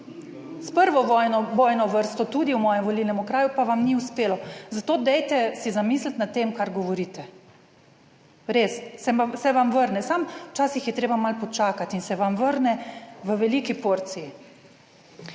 s prvo bojno vrsto tudi v mojem volilnem okraju, pa vam ni uspelo, zato dajte se zamisliti nad tem kar govorite, res, se vam vrne, samo včasih je treba malo počakati in se vam vrne v veliki porciji.